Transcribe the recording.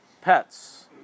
pets